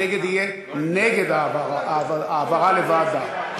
נגד יהיה נגד העברה לוועדה.